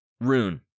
Rune